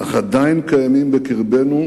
אך עדיין קיימים בקרבנו